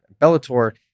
Bellator